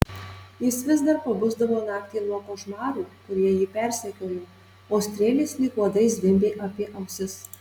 jis vis dar pabusdavo naktį nuo košmarų kurie jį persekiojo o strėlės lyg uodai zvimbė apie ausis